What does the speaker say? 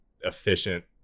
efficient